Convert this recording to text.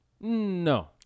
No